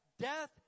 Death